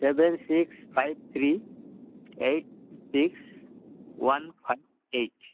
seven six five three eight six one five eight